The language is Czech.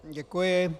Děkuji.